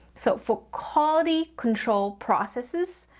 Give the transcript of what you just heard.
so, for quality control processes,